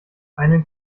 einen